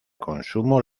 consumo